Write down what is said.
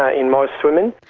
ah in most women.